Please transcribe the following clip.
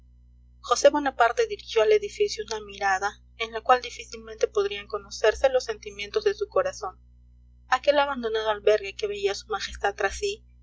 josé bonaparte dirigió al edificio una mirada en la cual difícilmente podrían conocerse los sentimientos de su corazón aquel abandonado albergue que veía su majestad tras sí